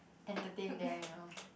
entertain them you know